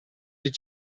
die